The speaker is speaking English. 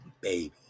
baby